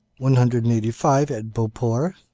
one hundred and eighty five at beauport,